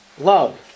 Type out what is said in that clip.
love